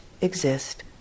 exist